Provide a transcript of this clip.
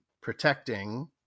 protecting